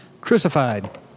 Crucified